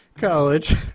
College